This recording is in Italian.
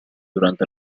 durante